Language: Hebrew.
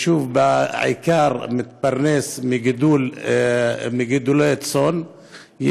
ומתפרנס בעיקר מגידול צאן,